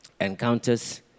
encounters